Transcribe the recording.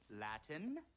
Latin